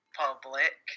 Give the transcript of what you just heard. public